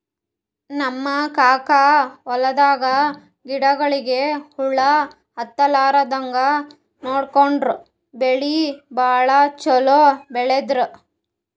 ನಮ್ ಕಾಕನ್ ಹೊಲದಾಗ ಗಿಡಗೋಳಿಗಿ ಹುಳ ಹತ್ತಲಾರದಂಗ್ ನೋಡ್ಕೊಂಡು ಬೆಳಿ ಭಾಳ್ ಛಲೋ ಬೆಳದ್ರು